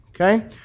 okay